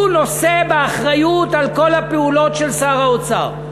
הוא נושא באחריות לכל הפעולות של שר האוצר.